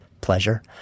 pleasure